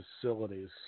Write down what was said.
facilities